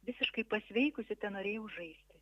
visiškai pasveikusi tenorėjau žaisti